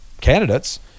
candidates